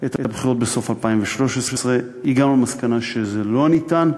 את הבחירות בסוף 2013. הגענו למסקנה שזה לא ניתן.